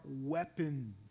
weapons